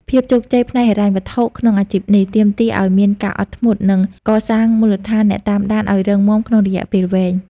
ភាពជោគជ័យផ្នែកហិរញ្ញវត្ថុក្នុងអាជីពនេះ ទាមទារឱ្យមានការអត់ធ្មត់ និងការកសាងមូលដ្ឋានអ្នកតាមដានឱ្យរឹងមាំក្នុងរយៈពេលវែង។